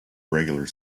regular